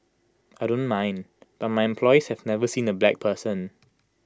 I don't mind but my employees have never seen A black person